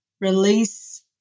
release